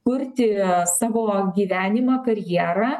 kurti savo gyvenimą karjerą